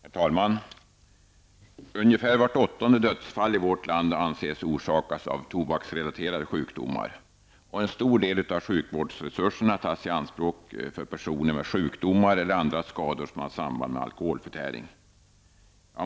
Herr talman! Ungefär vart åttonde dödsfall i vårt land anses orsakas av tobaksrelaterade sjukdomar, och en stor del av sjukvårdsresurserna tas i anspråk för personer med sjukdomar eller andra skador som har samband med alkoholförtäring.